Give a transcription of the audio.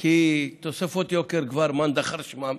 כי תוספות יוקר כבר מאן דכר שמיה,